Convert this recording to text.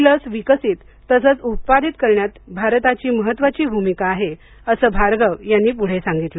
ही लस विकसित तसंच उत्पादित करण्यात भारताची महत्त्वाची भूमिका आहे असं भार्गव यांनी पुढे सांगितलं